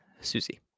Susie